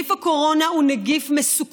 נגיף הקורונה הוא נגיף מסוכן,